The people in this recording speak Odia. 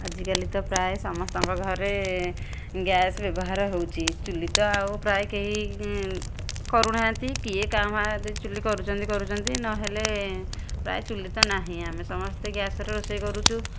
ଆଜିକାଲି ତ ପ୍ରାୟେ ସମସ୍ତଙ୍କ ଘରେ ଗ୍ୟାସ୍ ବ୍ୟବହାର ହେଉଛି ଚୂଲି ତ ଆଉ ପ୍ରାୟେ କେହି କରୁନାହାଁନ୍ତି କିଏ କାଁ ଭାଁ ଯଦି ଚୂଲି କରୁଛନ୍ତି କରୁଛନ୍ତି ନହେଲେ ପ୍ରାୟ ଚୂଲି ତ ନାହିଁ ଆମେ ସମସ୍ତେ ଗ୍ୟାସ୍ରେ ରୋଷେଇ କରୁଛୁ